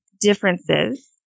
differences